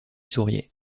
souriait